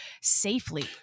safely